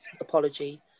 apology